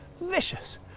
vicious